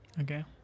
okay